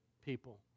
people